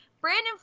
Brandon